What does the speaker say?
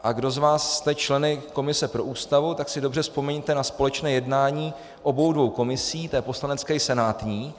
A kdo z vás jste členy komise pro Ústavu, tak si dobře vzpomeňte na společné jednání obou dvou komisí, té poslanecké i senátní.